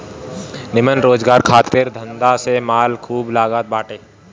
निमन रोजगार खातिर धंधा में माल खूब लागत बाटे